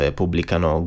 pubblicano